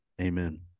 Amen